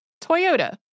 Toyota